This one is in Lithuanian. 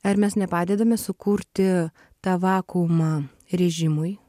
ar mes nepadedame sukurti tą vakuumą režimui